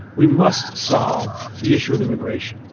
we must solve the issue of immigration.